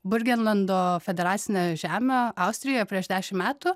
burgenlando federacinė žemė austrijoje prieš dešim metų